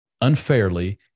unfairly